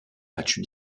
matchs